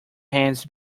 hands